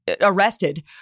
arrested